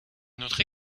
notre